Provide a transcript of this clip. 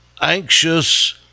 anxious